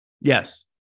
Yes